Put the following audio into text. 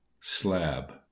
Slab